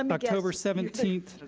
and october seventeenth,